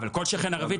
אבל כל שכן ערבית,